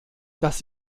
das